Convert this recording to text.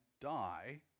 die